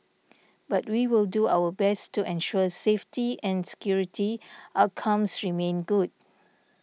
but we will do our best to ensure safety and security outcomes remain good